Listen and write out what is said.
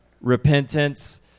repentance